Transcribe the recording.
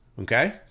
okay